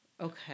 Okay